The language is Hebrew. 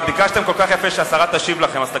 ביקשתם כל כך יפה שהשרה תשיב לכם, אז תקשיבו.